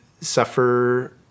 suffer